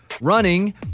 running